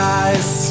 eyes